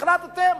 החלטתם,